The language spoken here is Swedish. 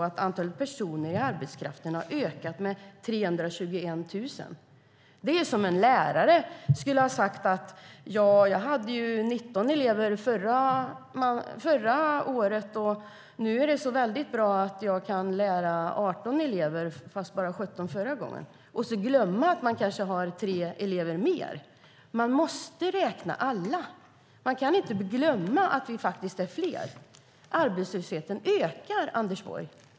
Antalet personer i arbetskraften har faktiskt ökat med 321 000. Det är som om en lärare skulle säga: Jag hade 19 elever förra året. Nu är det så bra att jag kan lära 18 elever, fast bara 17 förra gången. Och så glömmer man att man kanske har tre elever mer. Man måste räkna alla. Man kan inte glömma att vi faktiskt är fler. Arbetslösheten ökar, Anders Borg.